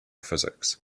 physics